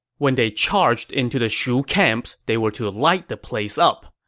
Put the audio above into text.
when they charge into the shu camps, they were to light the place up.